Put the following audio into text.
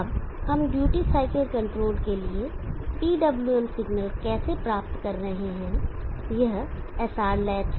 अब हम duty cycle control के लिए PWM सिग्नल कैसे प्राप्त कर रहे हैं यह SR लैच है